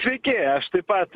sveiki aš taip pat